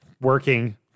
working